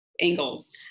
angles